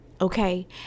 Okay